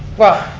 well,